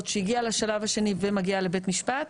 שהגיעה לשלב השני ומגיעה לבית משפט,